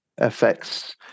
affects